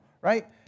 right